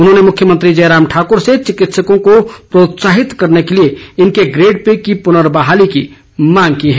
उन्होंने मुख्यमंत्री जयराम ठाकुर से चिकित्सकों को प्रोत्साहित करने के लिए इनके ग्रेड पे की पुर्नबहाली की मांग की है